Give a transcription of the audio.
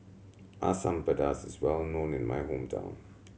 Asam Pedas is well known in my hometown